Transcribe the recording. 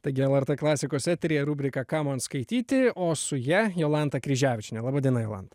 taigi lrt klasikos eteryje rubriką ką man skaityti o su ja jolanta kryževičienė laba diena jolanta